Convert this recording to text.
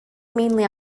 mainly